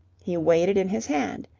he weighed it in his hand.